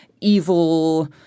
evil